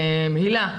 הילה,